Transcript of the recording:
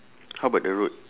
how about the road